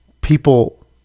people